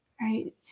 right